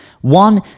one